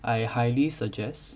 I highly suggest